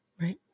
right